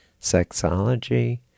sexology